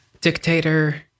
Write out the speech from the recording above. dictator